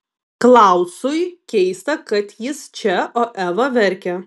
klausui keista kad jis čia o eva verkia